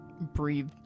breathe